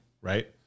Right